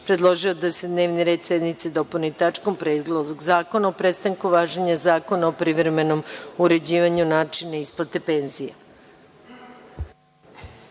predložio je da se dnevni red sednice dopuni tačkom – Predlog zakona o prestanku važenja zakona o privremenom uređivanju načina isplate penzije.